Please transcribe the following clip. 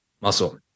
muscle